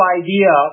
idea